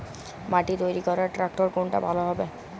মাটি তৈরি করার ট্রাক্টর কোনটা ভালো হবে?